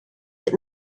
that